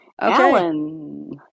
Alan